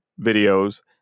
videos